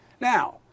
Now